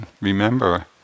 remember